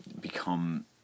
Become